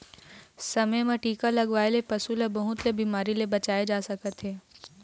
समे म टीका लगवाए ले पशु ल बहुत ले बिमारी ले बचाए जा सकत हे